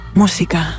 música